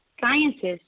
Scientists